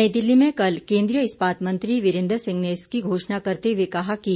नई दिल्ली में कल केन्द्रीय इस्पात मंत्री वीरेन्द्र सिंह ने इसकी घोषणा करते हुए कहा कि